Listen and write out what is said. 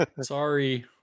Sorry